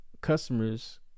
customers